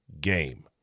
game